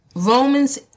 Romans